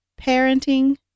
parenting